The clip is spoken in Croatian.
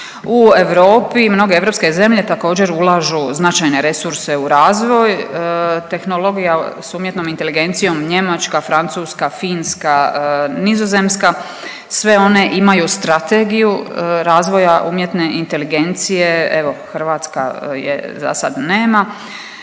U Europi mnoge europske zemlje također ulažu značajne resurse u razvoj, tehnologija s umjetnom inteligencijom Njemačka, Francuska, Finska, Nizozemska, sve one imaju Strategiju razvoja umjetne inteligencije, evo Hrvatska je zasad nema.